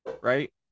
Right